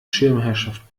schirmherrschaft